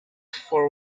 for